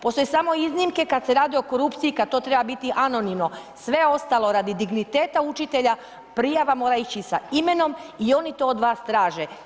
Postoje samo iznimke kada se radi o korupciji kada to treba biti anonimno, sve ostalo radi digniteta učitelja prijava mora ići sa imenom i oni to od vas traže.